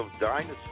Dynasty